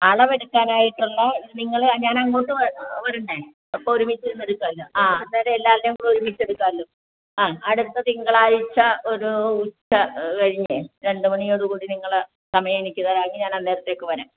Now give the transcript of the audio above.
അളവ് എടുക്കാനായിട്ടുള്ള നിങ്ങൾ ഞാൻ അങ്ങോട്ട് വരണ്ടേ അപ്പോൾ ഒരുമിച്ച് എടുക്കാമല്ലോ ആ അന്നേരം എല്ലാവരുടെയും കൂടെ ഒരുമിച്ച് എടുക്കാമല്ലോ ആ അടുത്ത തിങ്കളാഴ്ച ഒരു ഉച്ച കഴിഞ്ഞേ രണ്ട് മണിയോടുകൂടി നിങ്ങൾ സമയം എനിക്ക് തരാമെങ്കിൽ ഞാൻ അന്നേരത്തേക്ക് വരാം